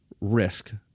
risk